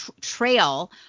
trail